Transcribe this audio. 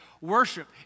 worship